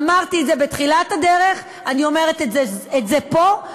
אמרתי את זה בתחילת הדרך, אני אומרת את זה פה.